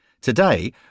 Today